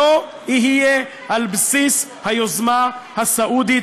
לא יהיה על בסיס היוזמה הסעודית,